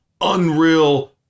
unreal